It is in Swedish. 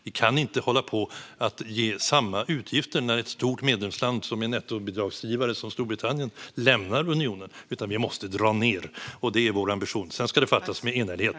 Vi kan inte hålla på att ha samma utgifter när ett stort medlemsland som Storbritannien som är nettobidragsgivare lämnar unionen, utan vi måste dra ned. Det är vår ambition. Sedan ska beslutet fattas med enhällighet.